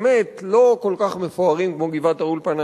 באמת לא כל כך מפוארים כמו גבעת-האולפנה,